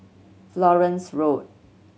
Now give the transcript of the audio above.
Florence Road